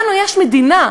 לנו יש מדינה.